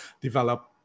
develop